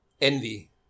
envy